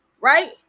right